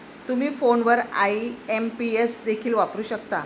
तुम्ही फोनवर आई.एम.पी.एस देखील वापरू शकता